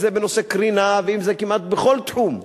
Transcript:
אם זה בנושא קרינה ואם זה כמעט בכל תחום,